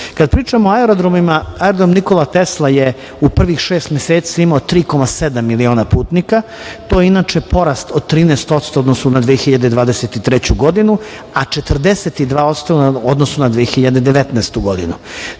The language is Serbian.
pričamo o aerodromima, aerodrom "Nikola Tesla" je u prvih šest meseci imao 3,7 miliona putnika, što je inače porast od 13% u odnosu na 2023. godinu, a 42% u odnosu na 2019. godinu.